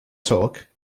talk